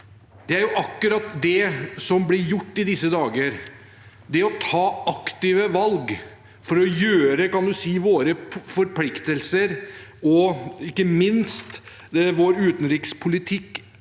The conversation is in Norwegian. Det er akkurat det som ble gjort i disse dager. Å ta aktive valg for å gjøre – kan du si – våre forpliktelser og ikke minst vår utenrikspolitikk